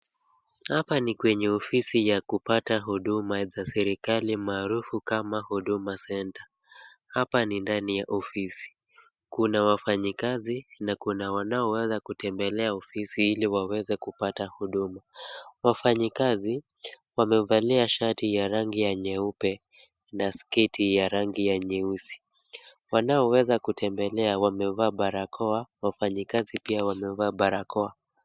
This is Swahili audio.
Hapa ni kwenye ofisi wa kupata huduma za serikali maarufu kama Huduma Centres. Hapa ni ndani ya ofisi kuna wafanye kazi na kuna wenye walioweza kutembelea ofisi iliwaweze kupata huduma. Wafanye kazi wamevalia shati ya rangi nyeupe na sketi ya rangi nyeusi. Wanaweza kutembelea wamevaa barakoa wafanye kazi pia wamevaa barakoa.